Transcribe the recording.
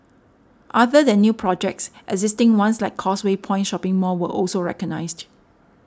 other than new projects existing ones like Causeway Point shopping mall were also recognised